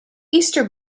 easter